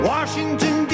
Washington